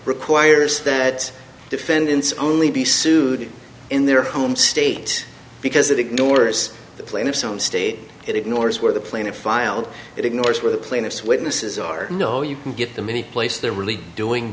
requires that defendants only be sued in their home state because it ignores the plaintiff's own state it ignores where the plaintiff filed it ignores where the plaintiff's witnesses are no you can get them any place they're really doing